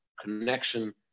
connection